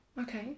Okay